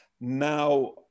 now